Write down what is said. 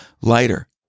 lighter